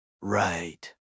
Right